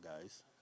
guys